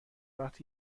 وقتی